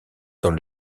dans